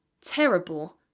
terrible